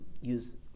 use